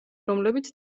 რომლებიც